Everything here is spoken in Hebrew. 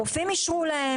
הרופאים אישרו להם.